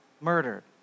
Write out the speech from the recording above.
murdered